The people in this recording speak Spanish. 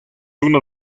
una